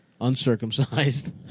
Uncircumcised